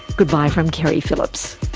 goodbye from keri phillips